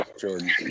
Jordan